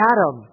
Adam